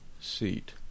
seat